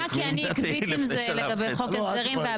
אני מסכימה כי אני עקבית עם זה,